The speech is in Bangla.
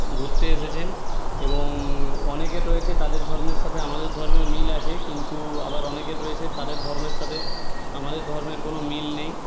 ঘুরতে এসেছেন এবং অনেকে রয়েছে তাদের ধর্মের সাথে আমাদের ধর্মের মিল আছে কিন্তু আবার অনেকে রয়েছে তাদের ধর্মের সাথে আমাদের ধর্মের কোনো মিল নেই